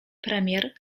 premier